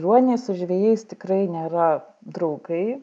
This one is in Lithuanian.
ruoniai su žvejais tikrai nėra draugai